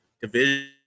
division